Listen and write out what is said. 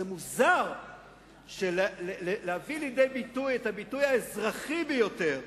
אז זה מוזר שלהביא לידי ביטוי את הביטוי האזרחי ביותר,